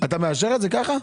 מאשר את זה ככה?